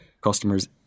customers